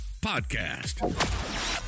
podcast